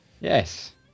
Yes